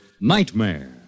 Nightmare